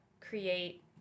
create